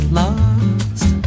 lost